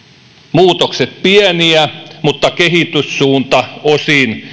muutokset pieniä mutta kehityssuunta osin